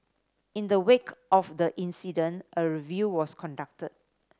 in the wake of the incident a review was conducted